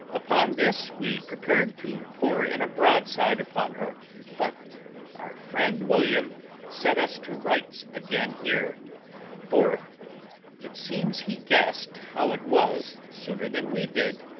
upon this we prepared to pour in a broadside upon her but our friend william set us to rights again here for it seems he guessed how it was sooner than we did,